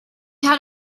had